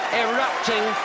erupting